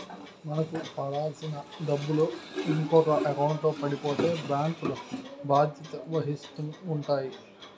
మనకు పడాల్సిన డబ్బులు ఇంకొక ఎకౌంట్లో పడిపోతే బ్యాంకులు బాధ్యత వహిస్తూ ఉంటాయి